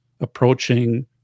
approaching